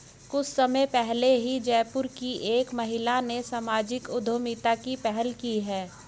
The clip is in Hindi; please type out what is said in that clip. कुछ समय पहले ही जयपुर की एक महिला ने सामाजिक उद्यमिता की पहल की है